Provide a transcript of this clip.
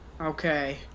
okay